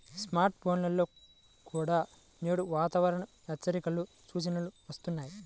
smart ఫోన్లలో కూడా నేడు వాతావరణ హెచ్చరికల సూచనలు వస్తున్నాయి